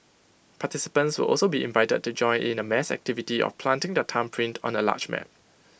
participants will also be invited to join in A mass activity of planting their thumbprint on A large map